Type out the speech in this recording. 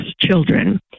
children